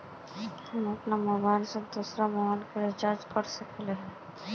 हम अपन मोबाईल से दूसरा के मोबाईल रिचार्ज कर सके हिये?